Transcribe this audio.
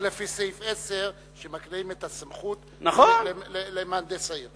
זה לפי סעיף 10, שמקנה את הסמכות למהנדס העיר.